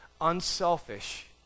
unselfish